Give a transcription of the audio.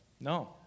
No